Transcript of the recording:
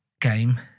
game